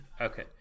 Okay